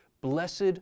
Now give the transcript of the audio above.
Blessed